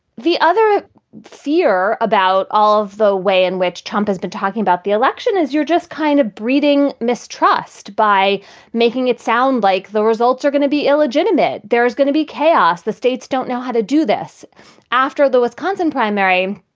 the other fear about all of the way in which trump has been talking about the election is you're just kind of breeding mistrust by making it sound like the results are going to be illegitimate. there is going to be chaos. the states don't know how to do this after the wisconsin primary.